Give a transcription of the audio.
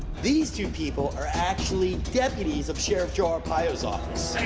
these two people are actually deputies of sheriff joe arpaio's um